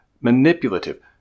manipulative